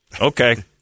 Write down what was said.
Okay